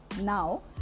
now